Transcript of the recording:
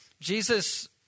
Jesus